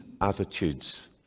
attitudes